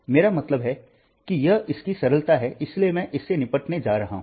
मेरा मतलब है कि यह इसकी सरलता है इसलिए मैं इससे निपटने जा रहा हूं